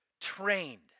trained